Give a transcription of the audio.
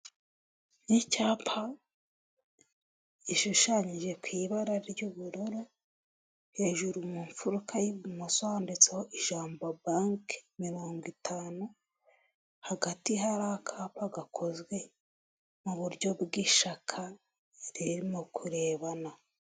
Ni icyapa gishushanyije ku ibara ry'ubururu hejuru mu mfuruka y'ibumoso handitseho ijambo banki mirongo itanu hagati hari akapa gakozwe muburyo bw'ishaka ririmo kurebana.